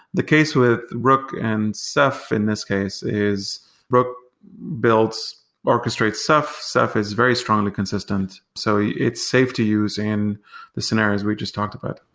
the case with rook and ceph in this case is rook orchestrates ceph. ceph is very strongly consistent. so it's safe to use in the scenarios we just talked about.